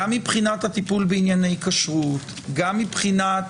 גם מבחינת הטיפול בענייני כשרות, גם מבחינת